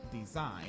design